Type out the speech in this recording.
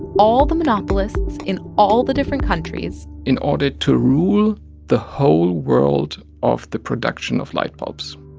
all the monopolists in all the different countries. in order to rule the whole world of the production of light bulbs